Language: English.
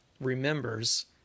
remembers